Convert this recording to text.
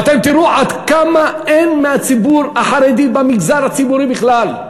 ואתם תראו עד כמה אין מהציבור החרדי במגזר הציבורי בכלל,